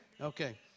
Okay